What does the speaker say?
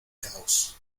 caos